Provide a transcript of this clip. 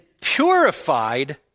purified